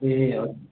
ए हजुर